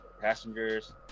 passengers